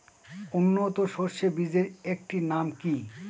উন্নত সরষে বীজের একটি নাম কি?